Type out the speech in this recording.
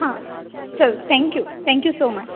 आ चल thank you thank you so much